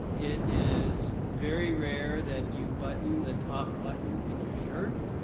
it is very rare that you button the top button in your shirt.